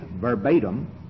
verbatim